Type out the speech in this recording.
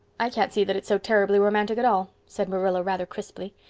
i can't see that it's so terribly romantic at all, said marilla rather crisply.